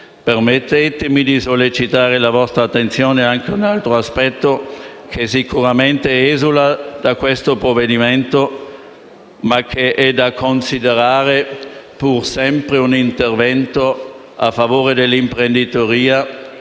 Permettetemi di sollecitare la vostra attenzione anche su un altro aspetto che sicuramente esula da questo provvedimento, ma che è da considerare pur sempre un intervento a favore dell’imprenditoria